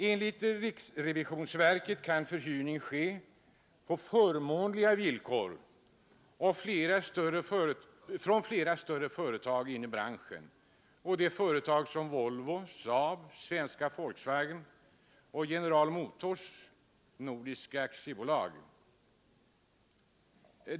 Enligt verket kan förhyrning ske på förmånliga villkor från flera större företag inom branschen — Volvo, SAAB, Svenska Volkswagen och General Motors Nordiska AB.